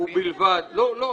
לא.